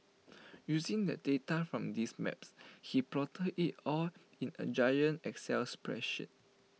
using the data from these maps he plotted IT all in A giant excel spreadsheet